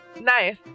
Nice